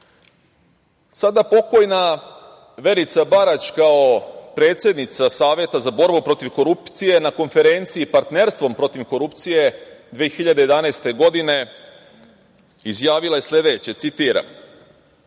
Sada pokojna Verica Barać, kao predsednica Saveta za borbu protiv korupcije, na konferenciji Partnerstvom protiv korupcije 2011. godine, izjavila je sledeće, citiram: